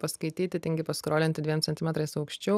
paskaityti tingi paskrolinti dviem centimetrais aukščiau